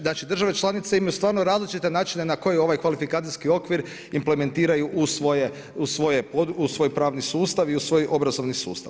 Znači, države članice imaju stvarno različite načine na koji ovaj kvalifikacijski okvir implementiraju u svoj pravni sustav i u svoj obrazovni sustav.